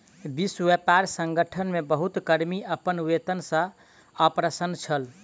विश्व व्यापार संगठन मे बहुत कर्मी अपन वेतन सॅ अप्रसन्न छल